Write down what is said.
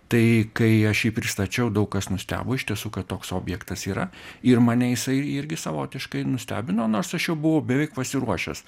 tai kai aš jį pristačiau daug kas nustebo iš tiesų kad toks objektas yra ir mane jisai irgi savotiškai nustebino nors aš jau buvau beveik pasiruošęs